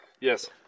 Yes